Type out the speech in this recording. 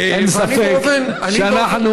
אין ספק שאנחנו,